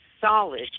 solid